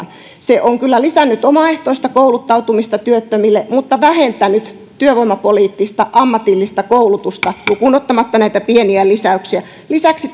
se on kyllä lisännyt omaehtoista kouluttautumista työttömille mutta vähentänyt työvoimapoliittista ammatillista koulutusta lukuun ottamatta näitä pieniä lisäyksiä lisäksi